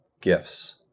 gifts